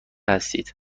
هستید